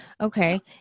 okay